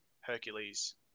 Hercules